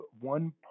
One